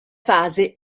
fase